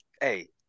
Hey